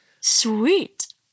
Sweet